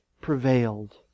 prevailed